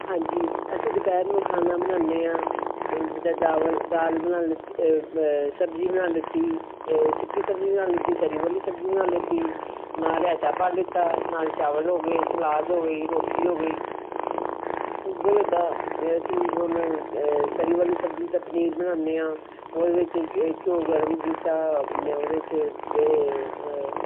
ਹਾਂਜੀ ਅਸੀਂ ਦੁਪਹਿਰ ਨੂੰ ਖਾਣਾ ਬਣਾਉਂਦੇ ਹਾਂ ਏ ਜਿੱਦਾਂ ਦਾਵਲ ਦਾਲ ਬਣਾ ਲਿੱਤੀ ਸਬਜ਼ੀ ਬਣਾ ਲਿੱਤੀ ਸੁੱਕੀ ਸਬਜ਼ੀ ਬਣਾ ਲਿੱਤੀ ਤਰੀ ਵਾਲੀ ਸਬਜ਼ੀ ਬਣਾ ਲਿੱਤੀ ਨਾਲ ਰਾਇਤਾ ਪਾ ਲਿੱਤਾ ਨਾਲ ਚਾਵਲ ਹੋ ਗਏ ਸਲਾਦ ਹੋ ਗਈ ਰੋਟੀ ਹੋ ਗਈ ਉਹਦੇ ਦਾ ਅਸੀਂ ਹੁਣ ਤਰੀ ਵਾਲੀ ਸਬਜ਼ੀ ਦਾ ਪਨੀਰ ਬਣਾਉਂਦੇ ਹਾਂ ਉਹਦੇ ਵਿੱਚ ਘਿਓ ਗਰਮ ਕੀਤਾ ਉਹਦੇ 'ਚ ਅਤੇ